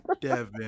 Devin